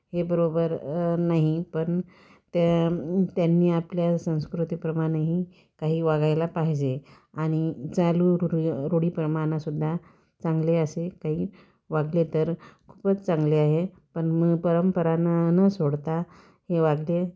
हे बरोबर नाही पण त्या त्यांनी आपल्या संस्कृतीप्रमाणेही काही वागायला पाहिजे आणि चालू रूढीप्रमाणं सुद्धा चांगले असे काही वागले तर खूपच चांगले आहे पण मग परंपरा न न सोडता हे वागले